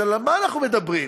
אז על מה אנחנו מדברים?